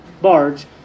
barge